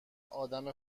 ادم